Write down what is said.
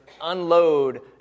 unload